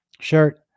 shirt